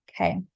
okay